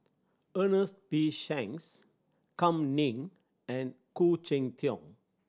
Ernest P Shanks Kam Ning and Khoo Cheng Tiong